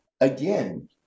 again